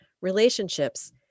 relationships